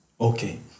Okay